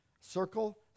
circle